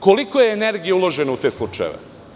Koliko je energije uloženo u te slučajeve?